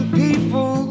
people